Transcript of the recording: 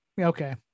okay